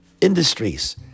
industries